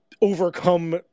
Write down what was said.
overcome